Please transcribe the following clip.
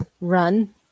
run